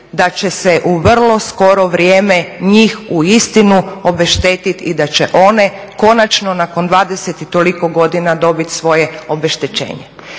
da će se u vrlo skoro vrijeme njih uistinu obeštetit i da će one konačno nakon 20 i toliko godina dobit svoje obeštećenje.